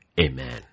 amen